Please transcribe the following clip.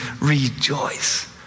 rejoice